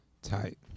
Tight